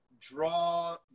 draw